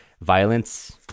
violence